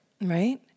Right